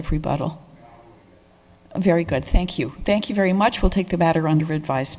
every bottle of very good thank you thank you very much will take a batter under advi